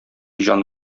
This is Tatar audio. җан